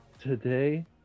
Today